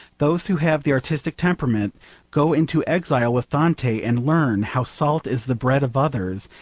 those who have the artistic temperament go into exile with dante and learn how salt is the bread of others,